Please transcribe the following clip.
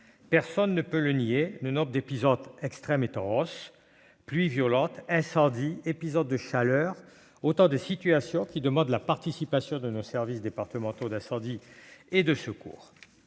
Personne ne peut le nier, le nombre d'épisodes extrêmes est en hausse : pluies violentes, incendies, épisodes de chaleur, autant de situations qui exigent la participation de nos services départementaux d'incendie et de secours